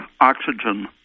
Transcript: oxygen